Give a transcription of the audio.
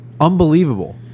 unbelievable